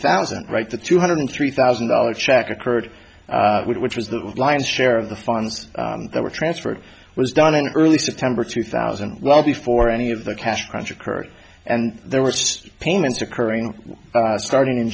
thousand right to two hundred three thousand dollars check occurred which was the lion's share of the funds that were transferred was done in early september two thousand and well before any of the cash crunch occurred and there were such payments occurring starting in